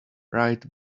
right